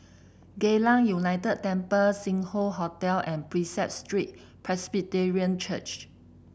Geylang United Temple Sing Hoe Hotel and Prinsep Street Presbyterian Church